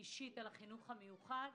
אישית על החינוך המיוחד.